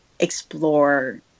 explore